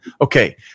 Okay